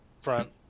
front